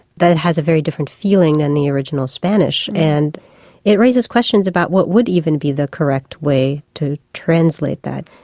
that has a very different feeling than the original spanish and it raises questions about what would even be the correct way to translate that.